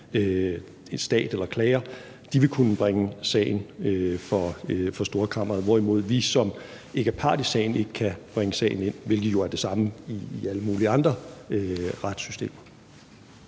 en stat og en klager. De vil kunne bringe sagen for Storkammeret, hvorimod vi, som ikke er part i sagen, ikke kan bringe sagen ind, hvilket jo er det samme i alle mulige andre retssystemer.